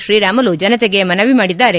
ಶ್ರೀರಾಮುಲು ಜನತೆಗೆ ಮನವಿ ಮಾಡಿದ್ದಾರೆ